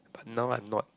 but now I'm not